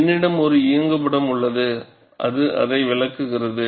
என்னிடம் ஒரு இயங்குப்படம் உள்ளது அது அதை விளக்குகிறது